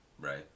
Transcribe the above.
Right